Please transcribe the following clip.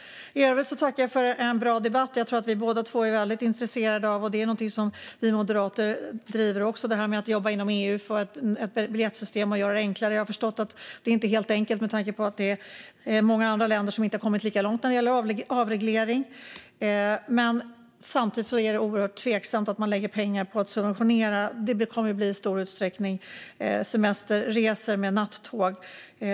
I övrigt tackar jag för en bra debatt. Jag tror att vi båda två är väldigt intresserade av detta. Att jobba inom EU för att få ett biljettsystem och göra det enklare är någonting som vi moderater också driver. Jag har förstått att det inte är helt enkelt med tanke på att det finns många länder som inte har kommit lika långt när det gäller avreglering. Men samtidigt är det oerhört tveksamt att man lägger pengar på att subventionera det som i stor utsträckning kommer att bli semesterresor med nattåg.